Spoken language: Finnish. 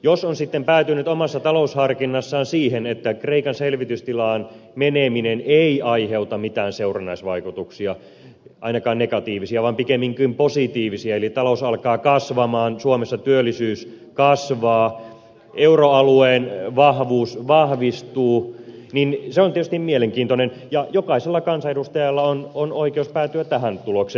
jos on sitten päätynyt omassa talousharkinnassaan siihen että kreikan selvitystilaan meneminen ei aiheuta mitään seurannaisvaikutuksia ainakaan negatiivisia vaan pikemminkin positiivisia talous alkaa kasvaa suomessa työllisyys kasvaa euroalue vahvistuu niin se on tietysti mielenkiintoinen näkemys ja jokaisella kansanedustajalla on oikeus päätyä tähän tulokseen